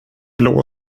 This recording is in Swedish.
blå